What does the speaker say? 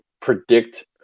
predict